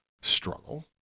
struggle